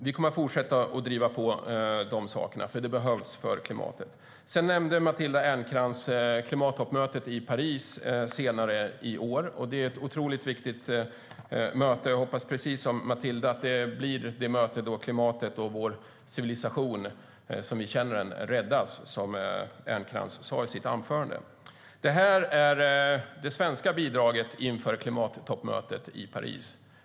Vi kommer att fortsätta att driva på de sakerna, för det behövs för klimatet. Matilda Ernkrans nämnde klimattoppmötet i Paris senare i år. Det är ett otroligt viktigt möte. Jag hoppas, precis som Matilda Ernkrans, att det blir det möte då klimatet och vår civilisation som vi känner den räddas, som hon sa i sitt anförande. Jag håller i min hand det svenska bidraget inför klimattoppmötet i Paris.